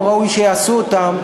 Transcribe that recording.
לא ראוי שיעשו אותם,